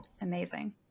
amazing